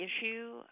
issue